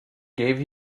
gave